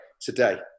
today